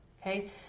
Okay